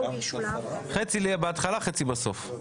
חצי יהיה בהתחלה, חצי בסוף.